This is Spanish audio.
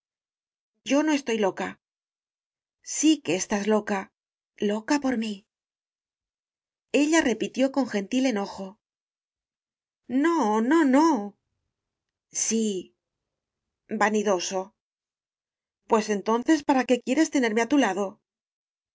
yo no estoy loca sí que estás loca loca por mí ella repitió con gentil enojo no no no sí vanidoso pues entonces para qué quieres tener me á tu lado